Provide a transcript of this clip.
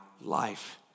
life